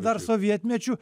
dar sovietmečiu